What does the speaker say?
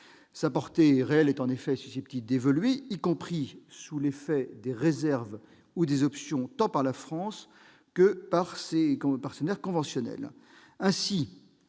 Sa portée réelle est en effet susceptible d'évoluer, y compris sous l'effet des réserves et options formulées tant par la France que par ses partenaires conventionnels.